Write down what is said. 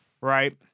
Right